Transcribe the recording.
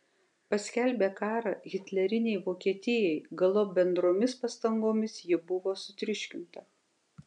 paskelbė karą hitlerinei vokietijai galop bendromis pastangomis ji buvo sutriuškinta